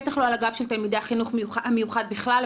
בטח לא על הגב של תלמידי החינוך המיוחד בכלל,